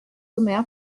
omer